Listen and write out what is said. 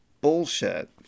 bullshit